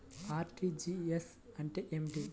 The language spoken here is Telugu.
అర్.టీ.జీ.ఎస్ అంటే ఏమిటి?